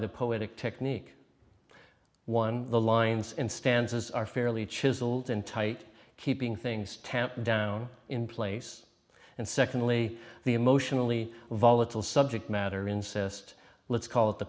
the poetic technique one the lines in stanzas are fairly chiseled in tight keeping things tamp down in place and secondly the emotionally volatile subject matter incest let's call it the